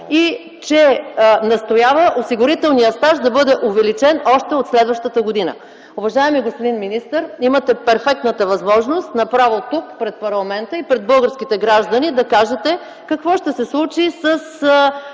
и настоява осигурителният стаж да бъде увеличен още от следващата година. Уважаеми господин министър, имате перфектната възможност направо тук, пред парламента и пред българските граждани, да кажете какво ще се случи с